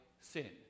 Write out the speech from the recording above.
sin